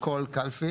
אחד,